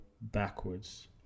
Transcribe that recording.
backwards